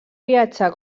viatjar